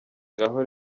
ngaho